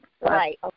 Right